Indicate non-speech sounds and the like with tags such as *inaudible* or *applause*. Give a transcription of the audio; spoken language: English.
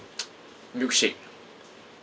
*noise* milkshake